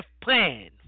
plan